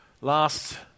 Last